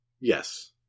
Yes